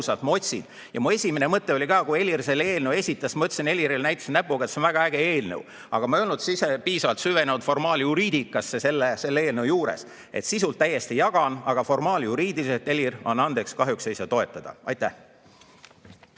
Ja mu esimene mõte oli ka, kui Helir selle eelnõu esitas, ma ütlesin Helirile, näitasin näpuga, et see on väga äge eelnõu. Aga ma ei olnud piisavalt süvenenud formaaljuriidikasse selle eelnõu puhul. Nii et sisult täiesti toetan, aga formaaljuriidiliselt, Helir, anna andeks, kahjuks ei saa toetada. Aitäh!